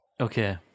okay